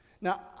Now